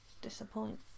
Disappoint